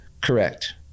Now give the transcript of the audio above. Correct